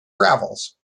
gravels